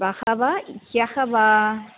श्वः वा ह्यः वा